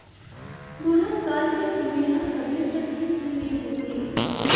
बुढ़त काल के समे ह सबले कठिन समे होथे